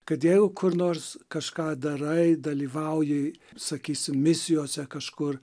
kad jeigu kur nors kažką darai dalyvauji sakysim misijose kažkur